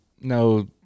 no